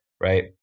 Right